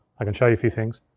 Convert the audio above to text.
i can show you a few things.